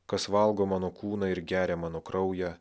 kas valgo mano kūną ir geria mano kraują